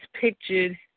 pictured